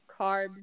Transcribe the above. carbs